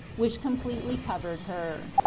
which completely covered her.